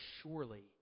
surely